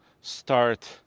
start